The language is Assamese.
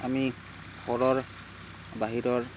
আমি ঘৰৰ বাহিৰৰ